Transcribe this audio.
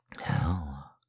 Hell